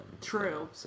True